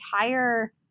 entire